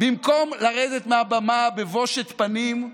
במקום לרדת מהבמה בבושת פנים,